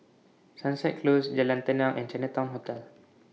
Sunset Close Jalan Tenang and Chinatown Hotel